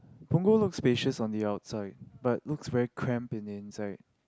Punggol looks spacious on the outside but looks very cramped on the inside